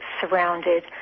surrounded